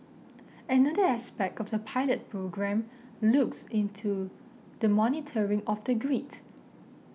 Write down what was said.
another aspect of the pilot programme looks into the monitoring of the grid